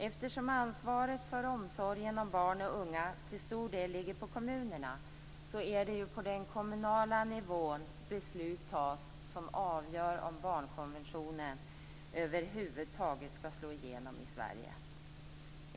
Eftersom ansvaret för omsorgen om barn och unga till stor del ligger på kommunerna är det på den kommunala nivån som de beslut fattas som avgör om barnkonventionen över huvud taget skall slå igenom i Sverige.